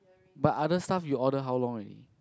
but other stuff you order how long already